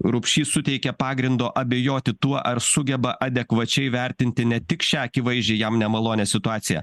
rupšys suteikė pagrindo abejoti tuo ar sugeba adekvačiai vertinti ne tik šią akivaizdžiai jam nemalonią situaciją